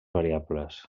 variables